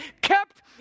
kept